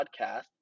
podcast